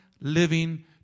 living